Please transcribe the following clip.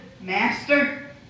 master